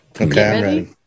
Okay